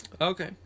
Okay